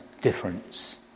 difference